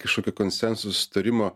kažkokį konsensusą sutarimo